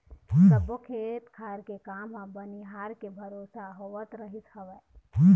सब्बो खेत खार के काम ह बनिहार के भरोसा होवत रहिस हवय